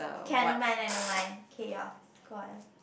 can I don't mind I don't mind okay yours go on